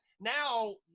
now